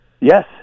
Yes